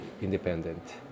independent